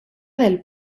del